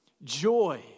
Joy